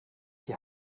die